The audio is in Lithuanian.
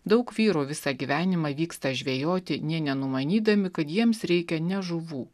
daug vyrų visą gyvenimą vyksta žvejoti nė nenumanydami kad jiems reikia ne žuvų